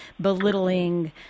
belittling